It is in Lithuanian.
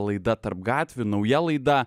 laida tarp gatvių nauja laida